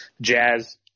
Jazz